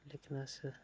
लेकिन अस